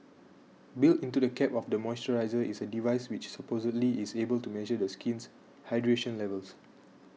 built into the cap of the moisturiser is a device which supposedly is able to measure the skin's hydration levels